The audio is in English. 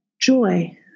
joy